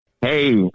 Hey